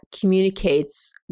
communicates